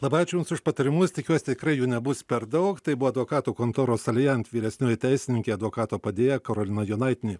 labai ačiū jums už patarimus tikiuosi tikrai jų nebus per daug tai buvo advokatų kontoros alijent vyresnioji teisininkė advokato padėjėja karolina jonaitienė